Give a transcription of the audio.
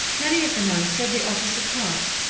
many of the nuns said the office apart,